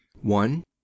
one